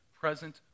present